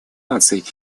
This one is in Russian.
наций